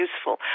useful